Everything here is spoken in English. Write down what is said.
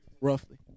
roughly